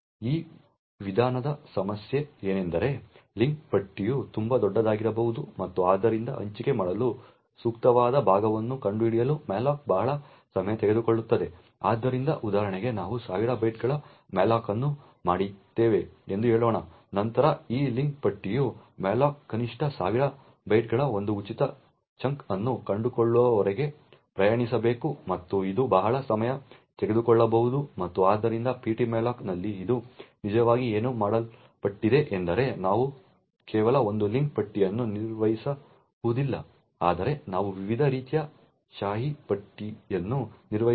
ಈ ವಿಧಾನದ ಸಮಸ್ಯೆ ಏನೆಂದರೆ ಲಿಂಕ್ ಪಟ್ಟಿಯು ತುಂಬಾ ದೊಡ್ಡದಾಗಿರಬಹುದು ಮತ್ತು ಆದ್ದರಿಂದ ಹಂಚಿಕೆ ಮಾಡಲು ಸೂಕ್ತವಾದ ಭಾಗವನ್ನು ಕಂಡುಹಿಡಿಯಲು malloc ಬಹಳ ಸಮಯ ತೆಗೆದುಕೊಳ್ಳುತ್ತದೆ ಆದ್ದರಿಂದ ಉದಾಹರಣೆಗೆ ನಾವು 1000 ಬೈಟ್ಗಳ malloc ಅನ್ನು ಮಾಡಿದ್ದೇವೆ ಎಂದು ಹೇಳೋಣ ನಂತರ ಈ ಲಿಂಕ್ ಪಟ್ಟಿಯು malloc ಕನಿಷ್ಠ 1000 ಬೈಟ್ಗಳ ಒಂದು ಉಚಿತ ಚಂಕ್ ಅನ್ನು ಕಂಡುಕೊಳ್ಳುವವರೆಗೆ ಪ್ರಯಾಣಿಸಬೇಕು ಮತ್ತು ಇದು ಬಹಳ ಸಮಯ ತೆಗೆದುಕೊಳ್ಳಬಹುದು ಮತ್ತು ಆದ್ದರಿಂದ ptmalloc ನಲ್ಲಿ ಇದು ನಿಜವಾಗಿ ಏನು ಮಾಡಲ್ಪಟ್ಟಿದೆ ಎಂದರೆ ನಾವು ಕೇವಲ ಒಂದು ಲಿಂಕ್ ಪಟ್ಟಿಯನ್ನು ನಿರ್ವಹಿಸುವುದಿಲ್ಲ ಆದರೆ ನಾವು ವಿವಿಧ ರೀತಿಯ ಶಾಯಿ ಪಟ್ಟಿಯನ್ನು ನಿರ್ವಹಿಸುತ್ತೇವೆ